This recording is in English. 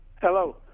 Hello